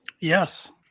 Yes